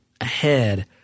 ahead